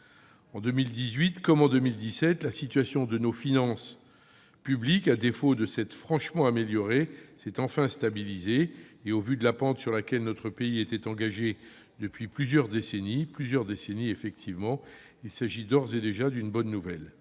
En 2018 comme en 2017, la situation de nos finances publiques, à défaut de s'être franchement améliorée, s'est enfin stabilisée ; et, au vu de la pente sur laquelle notre pays était engagé depuis plusieurs décennies, il s'agit d'ores et déjà d'une bonne nouvelle.